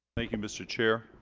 thank you mr. chair